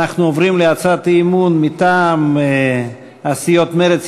אנחנו עוברים להצעת אי-אמון מטעם הסיעות מרצ,